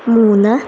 മൂന്ന്